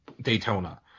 Daytona